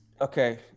Okay